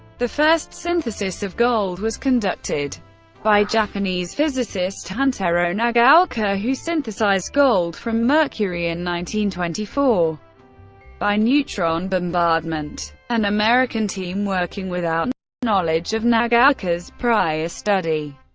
the first synthesis of gold was conducted by japanese physicist hantaro nagaoka, who synthesized gold from mercury in twenty four by neutron bombardment. an american team, working without knowledge of nagaoka's prior study,